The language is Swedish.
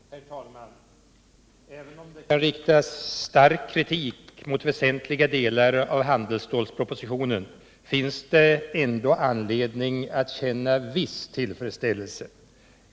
Herr talman! Även om det kan riktas stark kritik mot väsentliga delar av handelsstålspropositionen finns det ändå anledning att känna viss tillfredsställelse.